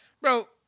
Bro